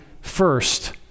first